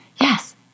Yes